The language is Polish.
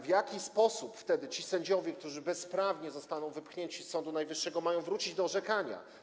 W jaki sposób wtedy ci sędziowie, którzy bezprawnie zostaną wypchnięci z Sądu Najwyższego, mają wrócić do orzekania?